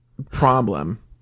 problem